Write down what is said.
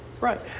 right